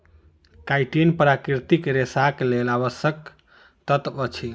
chitin प्राकृतिक रेशाक लेल आवश्यक तत्व अछि